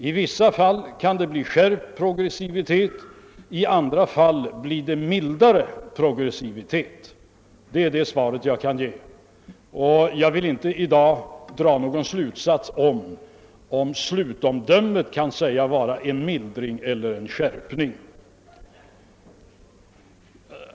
I vissa fall kan det bli skärpning av progressiviteten medan det i andra fall blir fråga om mildring. Detta är det svar jag kan ge. Jag vill i dag inte dra någon slutsats om huruvida slutomdömet kan sägas bli en mildring eller en skärpning.